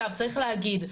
צריך להגיד,